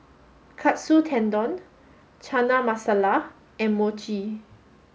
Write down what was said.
Katsu Tendon Chana Masala and Mochi